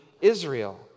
Israel